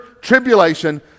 tribulation